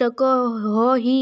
सकोहो ही?